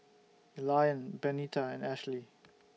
Elian Benita and Ashly